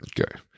Okay